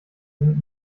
sind